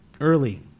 Early